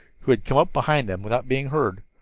who had come up behind them without being heard.